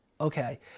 Okay